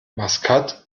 maskat